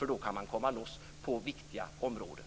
Då kan man komma loss på viktiga områden.